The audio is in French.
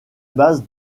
base